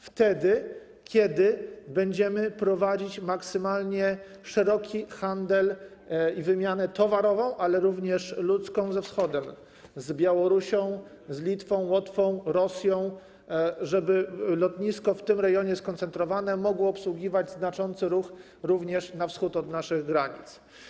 Wtedy, kiedy będziemy prowadzić maksymalnie szeroki handel i wymianę towarową, ale również ludzką, ze Wschodem: z Białorusią, Litwą, Łotwą, Rosją, tak żeby lotnisko w tym rejonie skoncentrowane mogło obsługiwać znaczący ruch również na wschód od naszych granic.